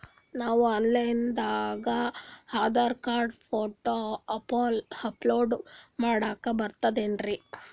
ನಾವು online ದಾಗ Aadhaar card, photo upload ಮಾಡ್ಲಕ ಬರ್ತದೇನ್ರಿ?